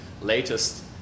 latest